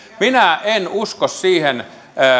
minä en usko siihen